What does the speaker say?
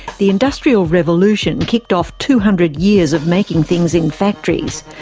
the industrial revolution kicked off two hundred years of making things in factories.